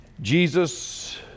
Jesus